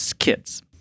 kids